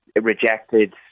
rejected